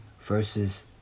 versus